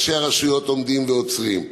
ראשי הרשויות עומדים ועוצרים.